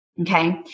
Okay